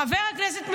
חבר הכנסת חנוך.